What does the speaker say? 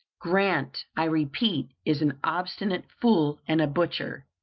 grant, i repeat, is an obstinate fool and a butcher.